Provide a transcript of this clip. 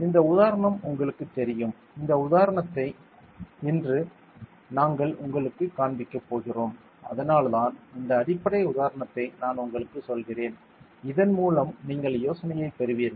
இந்த உதாரணம் உங்களுக்குத் தெரியும் இந்த உதாரணத்தை இன்று நாங்கள் உங்களுக்குக் காண்பிக்கப் போகிறோம் அதனால்தான் இந்த அடிப்படை உதாரணத்தை நான் உங்களுக்குச் சொல்கிறேன் இதன் மூலம் நீங்கள் யோசனையைப் பெறுவீர்கள்